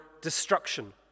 destruction